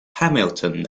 hamilton